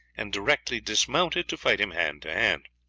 and directly dismounted to fight him hand to hand.